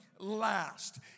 Last